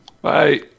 Bye